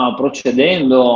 procedendo